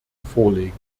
vorlegen